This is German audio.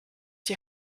die